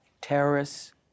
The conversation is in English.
Terrorists